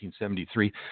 1973